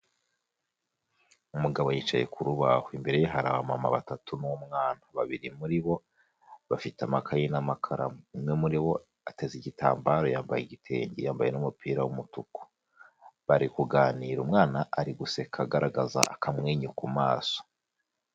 Umugabo yicaye ku rubaho, imbere ye hari abamama batatu n'umwana, babiri muri bo bafite amakayi n'amakaramu, umwe muri bo ateze igitambaro yambaye igitenge, yambaye n'umupira w'umutuku, bari kuganira, umwana ari guseka agaragaza akamwenyu ku maso.